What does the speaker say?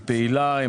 היא פעילה.